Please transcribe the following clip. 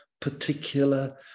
particular